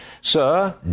Sir